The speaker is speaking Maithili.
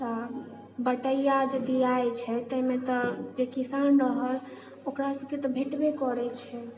तऽ बँटैया जे दिआइ छै ताहिमे तऽ जे किसान रहल ओकरा सबकेँ तऽ भेटबे करैत छै